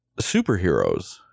superheroes